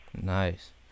Nice